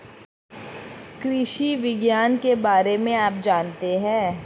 कृषि विज्ञान के फायदों के बारे में आप जानते हैं?